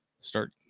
start